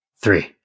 three